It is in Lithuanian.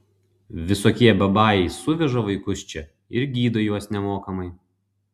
visokie babajai suveža vaikus čia ir gydo juos nemokamai